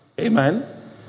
Amen